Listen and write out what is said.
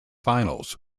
finals